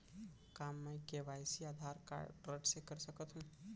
का मैं KYC Aadhaar card से कर सकत हो?